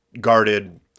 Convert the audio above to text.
guarded